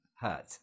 hurt